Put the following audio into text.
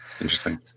Interesting